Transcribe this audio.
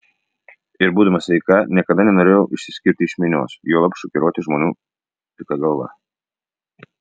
ir būdama sveika niekada nenorėjau išsiskirti iš minios juolab šokiruoti žmonių plika galva